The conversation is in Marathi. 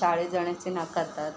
शाळेत जाण्याचे नाकारातात